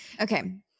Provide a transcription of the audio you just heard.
Okay